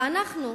ואנחנו,